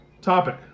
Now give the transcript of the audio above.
topic